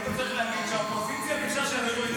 רק היית צריך להגיד שהאופוזיציה ביקשה שיעבירו לי את הצעת החוק.